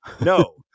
No